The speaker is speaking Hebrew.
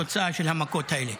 התוצאה של המכות האלה.